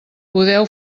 podeu